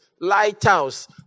Lighthouse